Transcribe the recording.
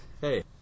Hey